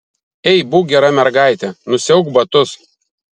ei būk gera mergaitė nusiauk batus